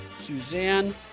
Suzanne